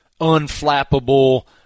unflappable